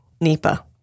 NEPA